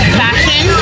fashion